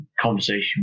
conversation